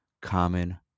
*Common